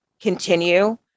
continue